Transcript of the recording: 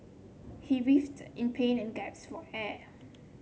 he writhed in pain and gasped for air